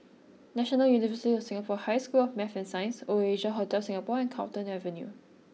National University of Singapore High School of Math and Science Oasia Hotel Singapore and Carlton Avenue